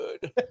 good